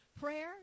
Prayer